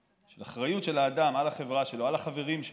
שלו, לחברים שלו,